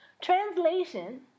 Translation